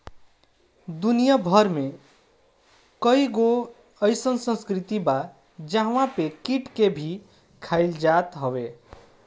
दुनिया भर में कईगो अइसन संस्कृति बा जहंवा पे कीट के भी खाइल जात हवे